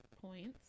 points